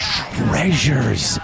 treasures